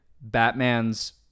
Batman's